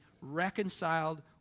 reconciled